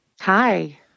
Hi